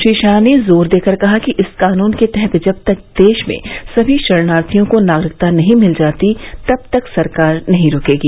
श्री शाह ने जोर देकर कहा कि इस कानून के तहत जब तक देश में सभी शरणार्थियों को नागरिकता नहीं मिल जाती तब तक सरकार नहीं रुकेगी